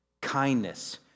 kindness